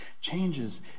changes